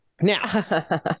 Now